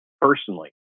personally